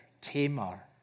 Tamar